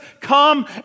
come